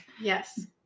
yes